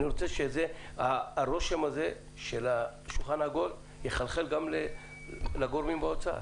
אני רוצה שהרושם הזה של השולחן העגול יחלחל גם לגורמים באוצר,